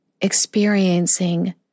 experiencing